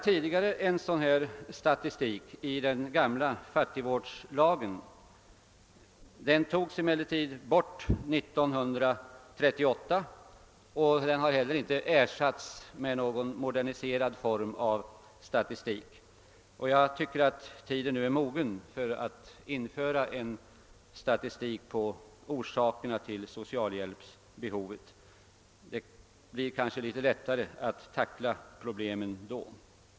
Enligt den gamla fattigvårdslagen hade vi tidigare sådan statistik. Den togs emellertid bort 1938, och den har inte ersatts med någon moderniserad form av statistik. Tiden borde nu vara mogen för att upprätta en ny statistik beträffande orsakerna till socialhjälpsbehovet; det blir kanske litet lättare att tackla problemen då.